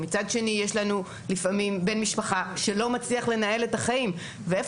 מצד שני יש לנו לפעמים בן משפחה שלא מצליח לנהל את החיים ואיפה